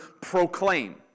proclaim